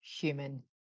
human